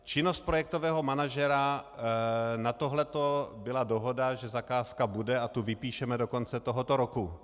Činnost projektového manažera na tohleto byla dohoda, že zakázka bude, a tu vypíšeme do konce tohoto roku.